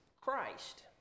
Christ